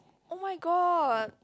oh-my-god